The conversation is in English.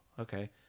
okay